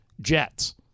jets